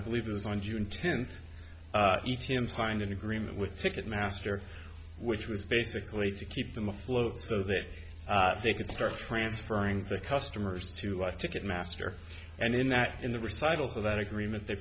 i believe it was on june tenth each implying an agreement with ticketmaster which was basically to keep them afloat so that they could start transferring the customers to ticketmaster and in that in the recitals of that agreement the